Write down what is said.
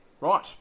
Right